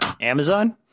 Amazon